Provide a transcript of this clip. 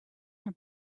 her